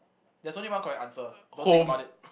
there's only one correct answer don't think about it